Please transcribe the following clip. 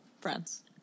friends